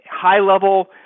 high-level